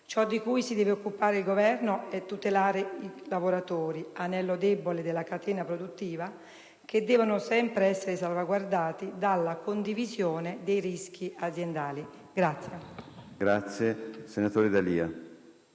Ciò di cui si deve occupare il Governo è tutelare i lavoratori, anello debole della catena produttiva, che devono sempre essere salvaguardati dalla condivisione dei rischi aziendali.